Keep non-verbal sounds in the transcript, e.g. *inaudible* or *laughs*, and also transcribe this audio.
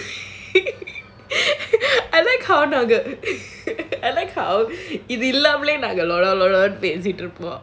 *laughs* I like how அம்பது நிமிஷம்:ambathu nimisham *laughs* I like how இது இல்லாமலே நாங்க லோலோனு பேசிடிருப்போம்:idhu illaamalae naanga lolonu pesitrupom